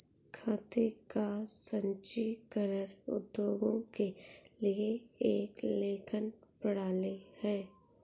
खाते का संचीकरण उद्योगों के लिए एक लेखन प्रणाली है